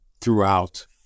throughout